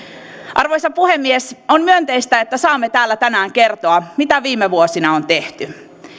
arvoisa puhemies on myönteistä että saamme täällä tänään kertoa mitä viime vuosina on tehty